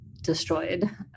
destroyed